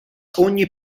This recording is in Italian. ogni